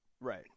right